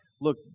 look